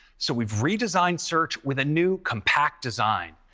so we've redesigned search with a new, compact design.